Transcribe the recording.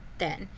then,